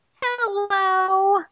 Hello